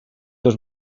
dos